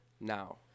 now